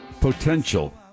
potential